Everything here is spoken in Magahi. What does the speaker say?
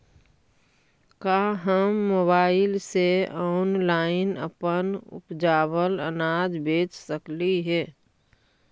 का हम मोबाईल से ऑनलाइन अपन उपजावल अनाज बेच सकली हे?